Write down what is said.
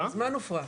מזמן הופרך.